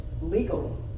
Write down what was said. legal